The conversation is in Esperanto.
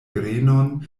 grenon